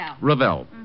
Ravel